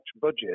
budget